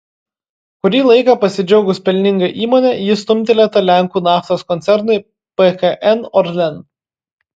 kurį laiką pasidžiaugus pelninga įmone ji stumtelėta lenkų naftos koncernui pkn orlen